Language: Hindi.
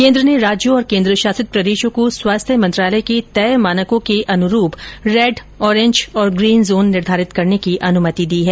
केन्द्र ने राज्यों और केन्द्रशासित प्रदेशों को स्वास्थ्य मंत्रालय के तय मानको के अनुरूप रेड ओरेंज और ग्रीन जोन निर्धारित करने की अनुमति दी है